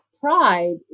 pride